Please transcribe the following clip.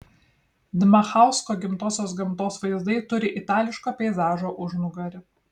dmachausko gimtosios gamtos vaizdai turi itališko peizažo užnugarį